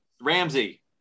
Ramsey